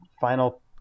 final